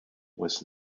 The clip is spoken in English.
was